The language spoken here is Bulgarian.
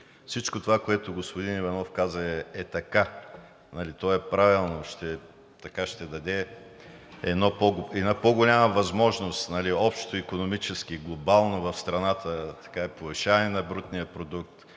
Всичко това, което господин Иванов каза, е така. То е правилно. Така ще се даде една по-голяма възможност – общоикономически и глобално, в страната за повишаване на брутния продукт,